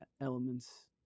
elements